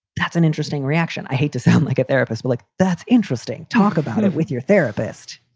that's an interesting reaction. i hate to sound like a therapist, but like, that's interesting. talk about it with your therapist.